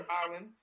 island